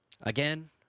again